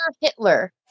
hitler